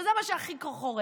וזה מה שהכי חורה לי,